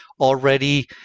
already